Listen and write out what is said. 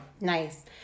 Nice